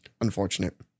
Unfortunate